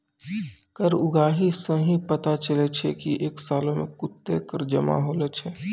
कर उगाही सं ही पता चलै छै की एक सालो मे कत्ते कर जमा होलो छै